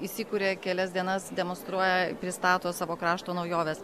įsikuria kelias dienas demonstruoja pristato savo krašto naujoves